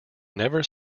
never